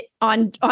on